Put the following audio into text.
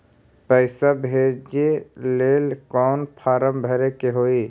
पैसा भेजे लेल कौन फार्म भरे के होई?